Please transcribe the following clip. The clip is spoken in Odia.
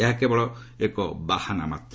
ଏହା କେବଳ ଏକ ବାହାନା ମାତ୍ର